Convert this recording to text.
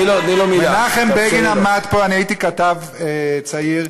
על מנחם בגין היית אומרת את זה?